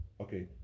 Okay